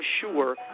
sure